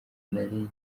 nari